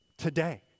today